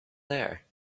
there